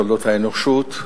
בתולדות האנושות.